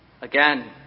Again